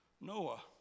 Noah